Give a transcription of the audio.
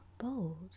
bowls